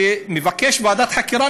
כשנבקש ועדת חקירה,